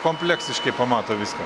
kompleksiškai pamato viską